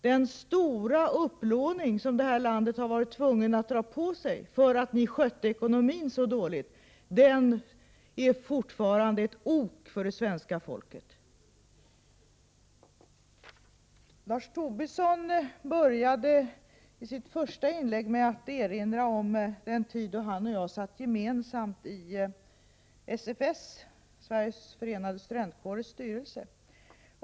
Den stora upplåning som det här landet varit tvunget att dra på sig för att ni skötte ekonomin så dåligt är fortfarande ett ok för det svenska folket. Lars Tobisson började sitt första inlägg med att erinra om den tid då han och jag tillhörde styrelsen för SFS, Sveriges förenade studentkårer.